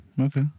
okay